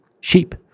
sheep